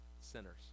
sinners